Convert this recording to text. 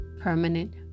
permanent